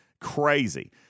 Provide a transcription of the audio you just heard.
Crazy